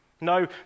No